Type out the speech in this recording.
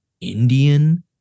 Indian